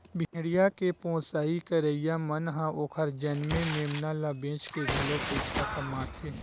भेड़िया के पोसई करइया मन ह ओखर जनमे मेमना ल बेचके घलो पइसा कमाथे